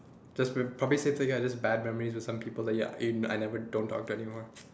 just p~ probably say I got bad memory like some people ya in I never t~ talk to anyone